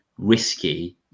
risky